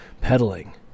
pedaling